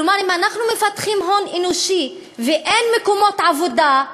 כלומר אם אנחנו מפתחים הון אנושי ואין מקומות עבודה,